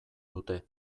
dute